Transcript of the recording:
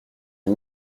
est